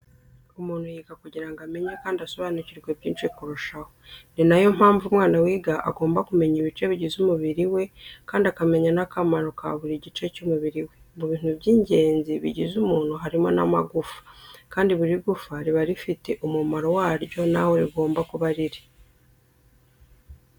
Umuntu yiga kugira ngo amenye kandi asobanukirwe byinshi kurushaho, ni na yo mpamvu umwana wiga agomba kumenya ibice bigize umubiri we kandi akamenya n'akamaro ka buri gice cy'umubiri we. Mu bintu by'ingenzi bigize umuntu harimo n'amagufa kandi buri gufa riba rifite umumaro waryo naho rigomba kuba riri.